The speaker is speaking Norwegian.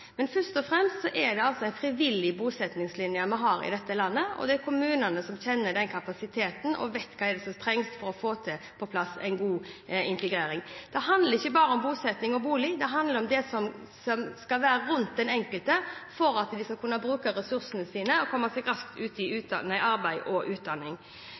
Men først og fremst er det en frivillig bosettingslinje vi har i dette landet, og det er kommunene som kjenner til kapasiteten og vet hva som trengs for å få på plass en god integrering. Det handler ikke bare om bosetting og bolig. Det handler også om det som skal være rundt den enkelte for at de skal kunne bruke ressursene sine og komme seg raskt ut i arbeid og utdanning.